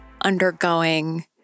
undergoing